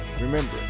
Remember